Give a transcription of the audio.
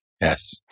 Yes